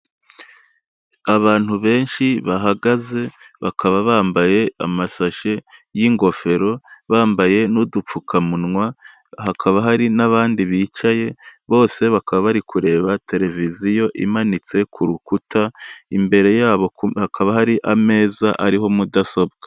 Abantu benshi bahagaze, bakaba bambaye amashashi y'ingofero, bambaye n'udupfukamunwa, hakaba hari n'abandi bicaye, bose bakaba bari kureba tereviziyo imanitse ku rukuta, imbere yabo hakaba hari ameza ariho mudasobwa.